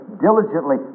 diligently